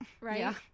Right